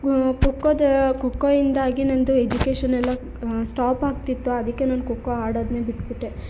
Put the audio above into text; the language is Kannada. ಖೋಖೋದ ಖೋಖೋಯಿಂದಾಗಿ ನನ್ನದು ಎಜುಕೇಷನ್ ಎಲ್ಲ ಸ್ಟಾಪ್ ಆಗ್ತಿತ್ತು ಅದಕ್ಕೆ ನಾನು ಖೋಖೋ ಆಡೋದ್ನೆ ಬಿಟ್ಟುಬಿಟ್ಟೆ